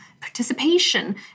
participation